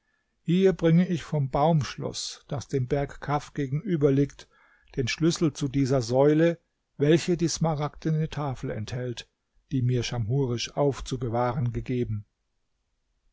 hier bringe ich vom baumschloß das dem berg kaf gegenüberliegt den schlüssel zu dieser säule welche die smaragdene tafel enthält die mir schamhurisch aufzubewahren gegeben